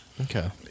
Okay